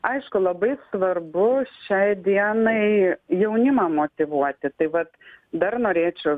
aišku labai svarbu šiai dienai jaunimą motyvuoti tai vat dar norėčiau